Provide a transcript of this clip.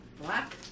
Black